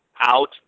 out